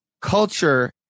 culture